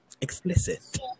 Explicit